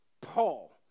Paul